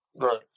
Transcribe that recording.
Right